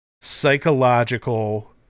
psychological